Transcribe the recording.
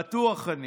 בטוח אני